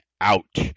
out